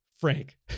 Frank